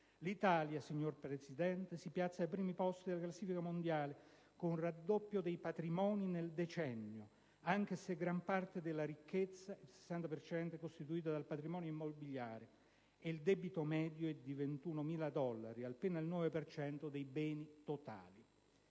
L'Italia, signor Presidente, si piazza ai primi posti della classifica mondiale, con un raddoppio dei patrimoni nel decennio, anche se gran parte della ricchezza (il 60 per cento) è costituita dal patrimonio immobiliare, e il debito medio è di 21.000 dollari, appena il 9 per cento dei